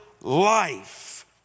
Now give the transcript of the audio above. life